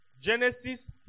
Genesis